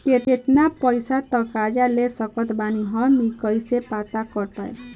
केतना पैसा तक कर्जा ले सकत बानी हम ई कइसे पता कर पाएम?